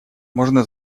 можно